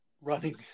running